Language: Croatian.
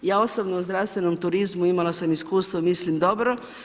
Ja osobno o zdravstvenom turizmu imala sam iskustvo mislim dobro.